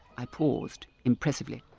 i paused impressively.